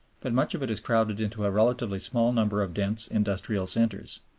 but much of it is crowded into a relatively small number of dense industrial centers.